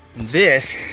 this